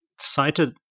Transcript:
cited